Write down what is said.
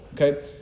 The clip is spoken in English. Okay